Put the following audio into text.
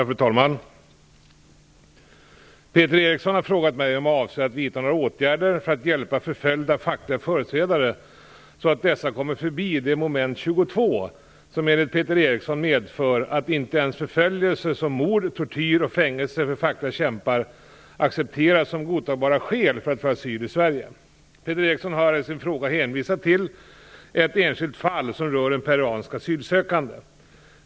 Fru talman! Peter Eriksson har frågat mig om jag avser att vidta några åtgärder för att hjälpa förföljda fackliga företrädare så att dessa kommer förbi det moment 22 som, enligt Peter Eriksson, medför att inte ens förföljelse, mord, tortyr och fängelse för fackliga kämpar accepteras som godtagbara skäl för att få asyl i Sverige. Peter Eriksson har i sin fråga hänvisat till ett enskilt fall som rör en peruansk asylsökande.